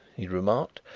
he remarked.